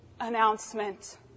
announcement